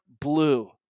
blue